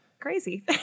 crazy